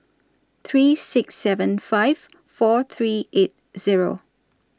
three six seven five four three eight zweo